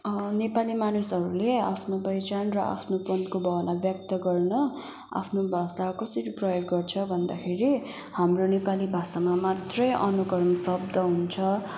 नेपाली मानिसहरूले आफ्नो पहिचान र आफ्नोपनको भावना व्यक्त गर्न आफ्नो भाषा कसरी प्रयोग गर्छ भन्दाखेरि हाम्रो नेपाली भाषामा मात्रै अनुरकरण शब्द हुन्छ